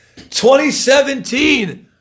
2017